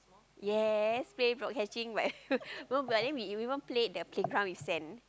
yes play block catching but you know we even play the play ground with sand